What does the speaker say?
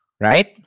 right